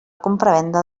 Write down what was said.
compravenda